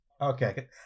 Okay